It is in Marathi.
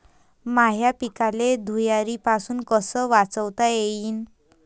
माह्या पिकाले धुयारीपासुन कस वाचवता येईन?